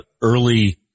early